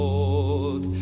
Lord